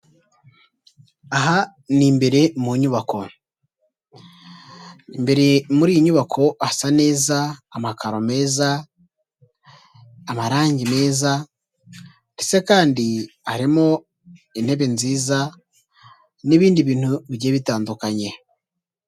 Aha ni imbere mu nyubako, imbere muri iyi nyubako hasa neza, amakaro meza, amarangi meza, ndetse kandi harimo intebe nziza, n'ibindi bintu bigiye bitandukanye.